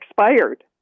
expired